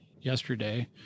yesterday